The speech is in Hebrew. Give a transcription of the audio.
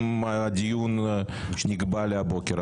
אם הדיון נקבע להבוקר,